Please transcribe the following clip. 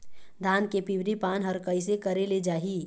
धान के पिवरी पान हर कइसे करेले जाही?